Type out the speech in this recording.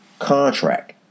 contract